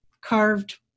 carved